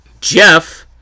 Jeff